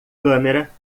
câmera